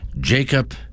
jacob